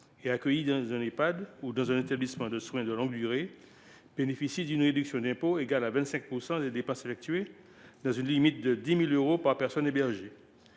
et accueillies dans un Ehpad ou dans un établissement de soins de longue durée bénéficient d’une réduction d’impôt égale à 25 % des dépenses effectuées, dans une limite de 10 000 euros par personne hébergée.